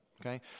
okay